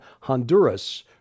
Honduras